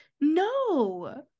No